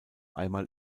einmal